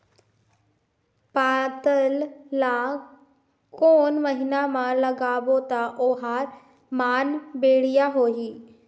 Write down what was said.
पातल ला कोन महीना मा लगाबो ता ओहार मान बेडिया होही?